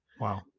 Wow